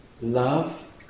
love